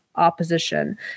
opposition